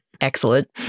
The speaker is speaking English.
Excellent